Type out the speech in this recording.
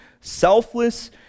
selfless